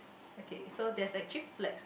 okay so there's actually flags